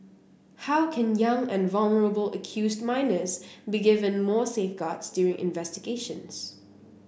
how can young and vulnerable accused minors be given more safeguards during investigations